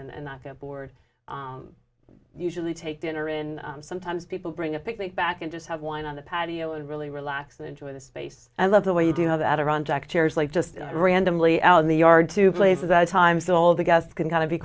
days and not get bored usually take dinner in sometimes people bring a picnic back and just have one on the patio and really relax and enjoy the space and love the way you do know that are on jack chairs like just randomly out in the yard two places at a time so all the guests can kind